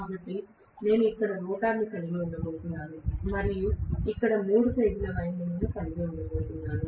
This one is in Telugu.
కాబట్టి నేను ఇక్కడ రోటర్ కలిగి ఉండబోతున్నాను మరియు నేను ఇక్కడ మూడు ఫేజ్ ల వైండింగ్లను కలిగి ఉన్నాను